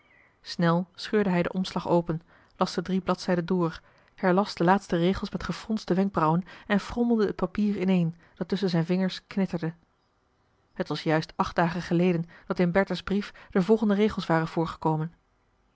snel scheurde hij den omslag open las de drie bladzijden door herlas de laatste regels met gefronste wenkbrauwen en frommelde het papier ineen dat tusschen zijn vingers knitterde het was juist acht dagen geleden dat in bertha's brief de volgende regels waren voorgekomen